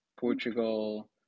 Portugal